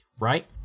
right